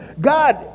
God